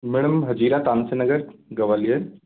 madam है जीरा तानसेन नगर गवालियर